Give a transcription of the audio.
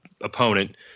opponent